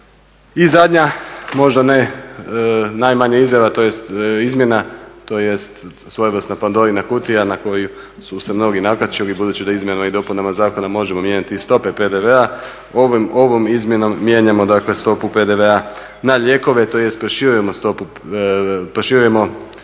I zadnja, možda ne najmanja izmjena, tj. svojevrsna Pandorina kutija na koju su se mnogi nakačili budući da izmjenama i dopunama zakona možemo mijenjati stope PDV-a. Ovom izmjenom mijenjamo, dakle stopu PDV-a na lijekove, tj. proširujemo stopu,